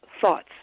thoughts